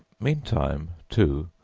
meantime, too,